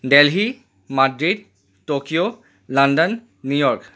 Delhi Madrid Tokyo London New York